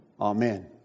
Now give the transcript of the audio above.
Amen